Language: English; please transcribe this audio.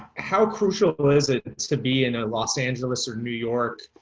how crucial is it to be in a los angeles or new york,